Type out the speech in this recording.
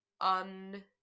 un